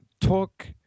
talk